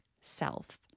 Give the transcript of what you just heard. self